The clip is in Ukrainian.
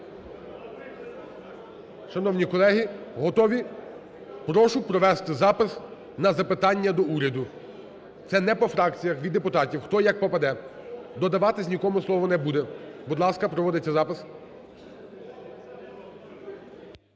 Шановні колеги, готові? Прошу провести запис на запитання до уряду. Це не по фракціях, від депутатів, хто як попаде, додаватися слово нікому не буде. Будь ласка, проводиться запис.